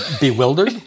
bewildered